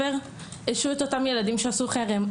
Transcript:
השעו את אותם תלמידים שעשו חרם.